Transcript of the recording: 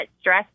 stress